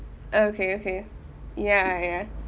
okay okay ya ya